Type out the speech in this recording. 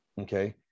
Okay